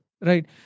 Right